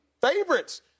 favorites